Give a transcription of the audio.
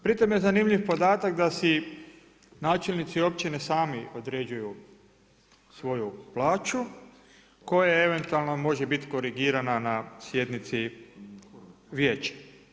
Pritom je zanimljiv podatak da si načelnici općine sami određuju svoju plaću koja eventualno može biti korigirana na sjednici vijeća.